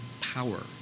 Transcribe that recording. power